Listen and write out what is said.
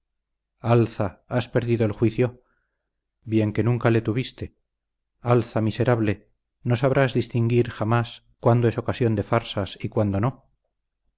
alza has perdido el juicio bien que nunca le tuviste alza miserable no sabrás distinguir jamás cuándo es ocasión de farsas y cuándo no